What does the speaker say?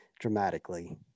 dramatically